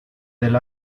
del